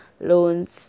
loans